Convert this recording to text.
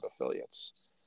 affiliates